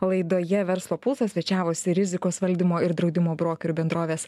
laidoje verslo pulsas svečiavosi rizikos valdymo ir draudimo brokerių bendrovės